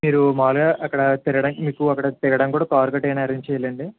మీరు మామూలుగా అక్కడ తిరగడానికి మీకు అక్కడ తిరగడానికి కూడా కారు గట్రా ఏమన్నా అరేంజ్ చేయాలండి